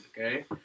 okay